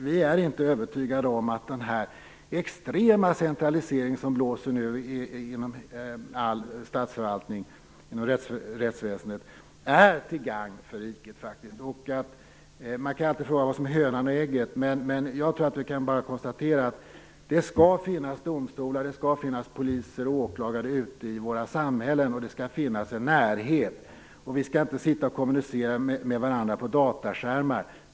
Vi är inte övertygade om att den extrema centralisering som nu blåser igenom all statsförvaltning inom rättsväsendet är till gagn för riket. Man kan alltid fråga sig vad som är hönan och vad som är ägget. Men vi kan konstatera att det skall finnas domstolar, poliser och åklagare ute i våra samhällen, och det skall finnas en närhet. Vi skall inte sitta och kommunicera med varandra via dataskärmar.